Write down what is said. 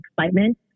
excitement